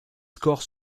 scores